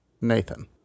Nathan